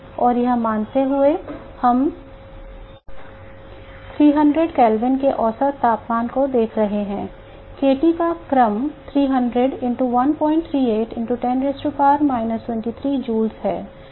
और यह मानते हुए कि हम 300 केल्विन के औसत तापमान को देख रहे हैं k T का क्रम 300 into 138 x 10 23 joules है